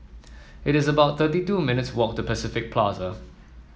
it is about thirty two minutes' walk to Pacific Plaza